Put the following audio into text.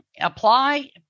apply